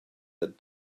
that